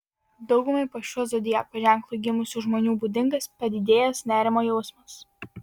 daugumai po šiuo zodiako ženklu gimusių žmonių būdingas padidėjęs nerimo jausmas